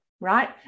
right